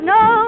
no